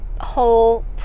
whole